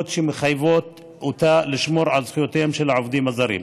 שמחייבות אותה לשמור על זכויותיהם של העובדים הזרים.